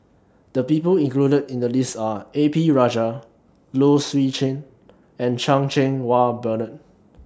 The People included in The list Are A P Rajah Low Swee Chen and Chan Cheng Wah Bernard